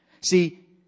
See